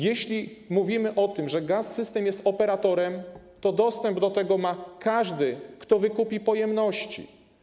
Jeśli mówimy o tym, że Gaz-System jest operatorem, to dostęp do tego ma każdy, kto wykupi pojemności.